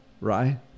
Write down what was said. Right